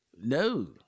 no